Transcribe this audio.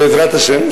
בעזרת השם,